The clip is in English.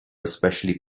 especially